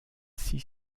scie